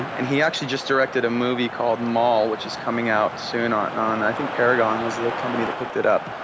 and and he actually just directed a movie called mall, which is coming out soon on, i think, paragon was the company that picked it up.